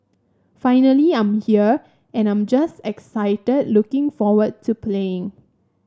finally I'm here and I'm just excited looking forward to playing